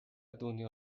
دنیا